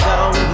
Down